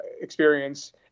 experience